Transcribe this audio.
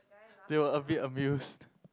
they were a bit amused